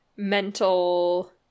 mental